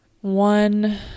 One